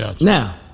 Now